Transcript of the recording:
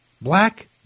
Black